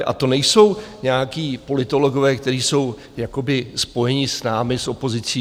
A to nejsou nějací politologové, kteří jsou jakoby spojení s námi, s opozicí.